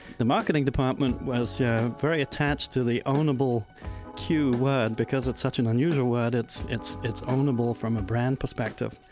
the marketing department was so very attached to the ownable queue word. because it's such an unusual word it's it's ownable from a brand perspective.